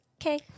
Okay